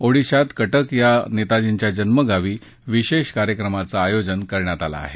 ओडिशात कटक या नेताजींच्या जन्मगावी विशेष कार्यक्रमांचं आयोजन करण्यात आलं आहे